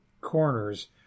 corners